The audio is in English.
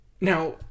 Now